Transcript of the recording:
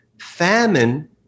famine